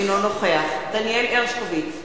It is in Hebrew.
אינו נוכח דניאל הרשקוביץ,